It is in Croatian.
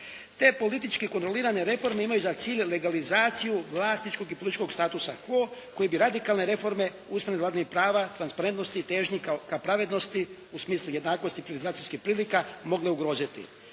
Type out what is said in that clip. Te političke kumulirane reforme imaju za cilj legalizaciju vlasničkog i političkog statusa koji bi radikalne reforme …/Govornik se ne razumije./… prava, transparentnosti i težnji ka pravednosti u smislu jednakosti privatizacijskih prilika mogli ugroziti